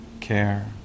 care